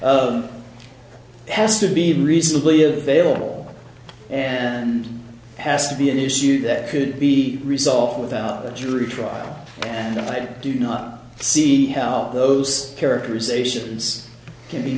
of has to be reasonably available and has to be an issue that could be resolved without the jury trial and i do not see how those characterizations can be